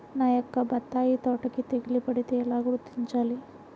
నా యొక్క బత్తాయి తోటకి తెగులు పడితే ఎలా గుర్తించాలి?